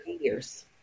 years